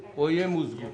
שימוזגו.